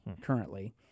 currently